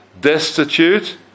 destitute